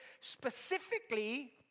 specifically